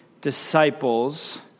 disciples